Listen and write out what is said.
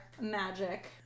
magic